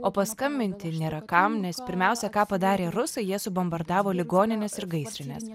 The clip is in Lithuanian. o paskambinti nėra kam nes pirmiausia ką padarė rusai jie subombardavo ligonines ir gaisrines